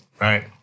Right